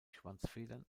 schwanzfedern